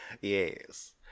Yes